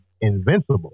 invincible